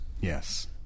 Yes